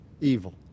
evil